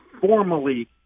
formally